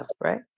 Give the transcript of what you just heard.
right